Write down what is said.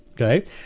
Okay